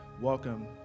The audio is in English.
Welcome